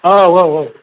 औ औ औ